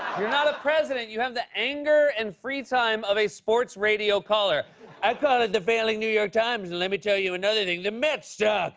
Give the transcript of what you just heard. you're not a president. you have the anger and free time of a sports radio caller. i call it the failing new york times and let me tell you another thing the mets suck